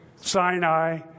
Sinai